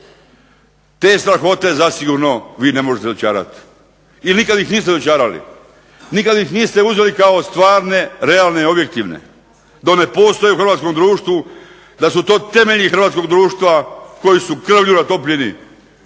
Te strahote zasigurno vi ne možete dočarati i nikad ih niste dočarali, nikad ih niste uzeli kao stvarne, realne i objektivne, to ne postoji u hrvatskom društvu, da su to temelji hrvatskog društva koji su …/Ne razumije